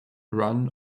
run